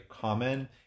common